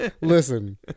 Listen